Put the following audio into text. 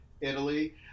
Italy